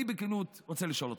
אני בכנות רוצה לשאול אתכם: